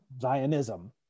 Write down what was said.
Zionism